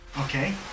Okay